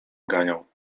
ganiał